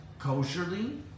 kosherly